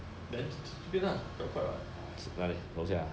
then ch~ 吃这边 lah 比较快 [what]